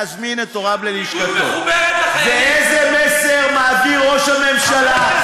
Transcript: אז, ואין, שר הביטחון לשעבר.